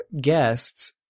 guests